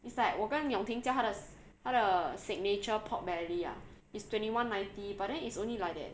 it's like 我跟 yong ting 叫它的它的 signature pork belly ah is twenty one ninety but then is only like that